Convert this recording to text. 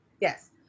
Yes